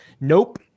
Nope